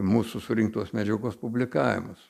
mūsų surinktos medžiagos publikavimas